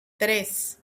tres